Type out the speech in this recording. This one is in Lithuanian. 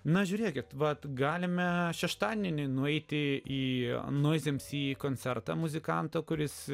na žiūrėkit vat galime šeštadienį nueiti į noizemsy koncertą muzikanto kuris